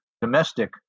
domestic